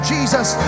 Jesus